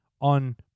on